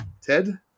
Ted